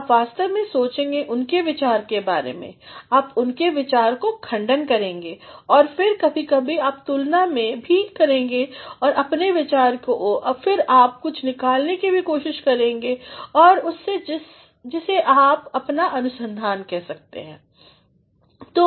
आप वास्तव में सोचेंगे उनकेविचार के बारे में आप उनके विचार कोखंडनकरेंगे और फिर कभी कभी आप तुलना भी करते हैं अपने विचार की और फिर आप कुछ निकालने की भी कोशिश करते हैं उससे जिसे आप अपना अनुसंधान कहतेहैं